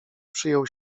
przyjął